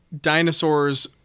dinosaurs